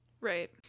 right